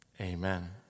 amen